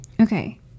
Okay